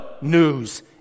news